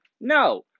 No